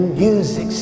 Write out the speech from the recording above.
music